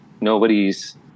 nobody's